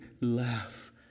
laugh